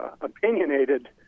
opinionated